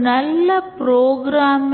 ஒரு நல்ல புரோகிராம்